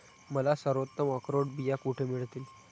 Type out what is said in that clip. मला सर्वोत्तम अक्रोड बिया कुठे मिळतील